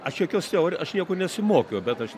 aš jokios teorijos aš nieko nesimokiau bet aš